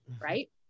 right